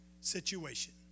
situation